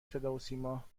صداسیما